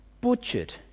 butchered